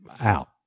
out